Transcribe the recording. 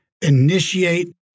initiate